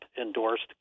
endorsed